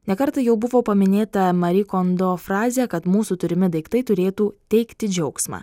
ne kartą jau buvo paminėta mari kondo frazė kad mūsų turimi daiktai turėtų teikti džiaugsmą